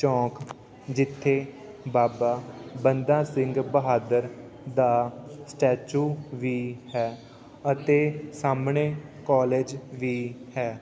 ਚੌਂਕ ਜਿੱਥੇ ਬਾਬਾ ਬੰਦਾ ਸਿੰਘ ਬਹਾਦਰ ਦਾ ਸਟੈਚੂ ਵੀ ਹੈ ਅਤੇ ਸਾਹਮਣੇ ਕੋਲਜ ਵੀ ਹੈ